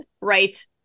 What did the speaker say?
Right